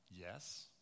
yes